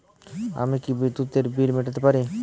আমি কি বিদ্যুতের বিল মেটাতে পারি?